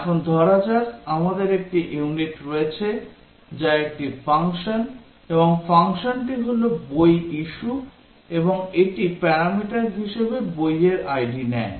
এখন ধরা যাক আমাদের একটি ইউনিট রয়েছে যা একটি ফাংশন এবং ফাংশনটি হল বই ইস্যু এবং এটি প্যারামিটার হিসাবে বইয়ের আইডি নেয়